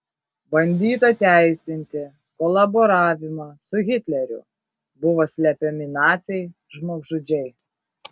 bandyta teisinti kolaboravimą su hitleriu buvo slepiami naciai žmogžudžiai